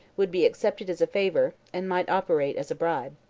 would be accepted as a favor, and might operate as a bribe.